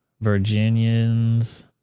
Virginians